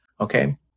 Okay